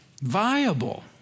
viable